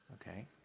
Okay